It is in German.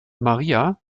maria